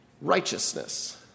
Righteousness